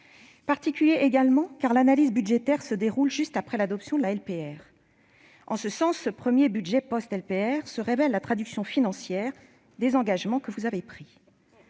particulier, également, car l'analyse budgétaire a lieu juste après l'adoption de la LPR. À ce titre, ce premier budget post-LPR se révèle la traduction financière des engagements que vous avez pris.